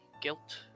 guilt